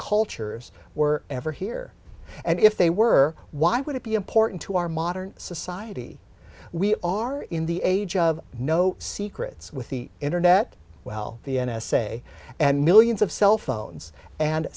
cultures were ever here and if they were why would it be important to our modern society we are in the age of no secrets with the internet well the n s a and millions of cell phones and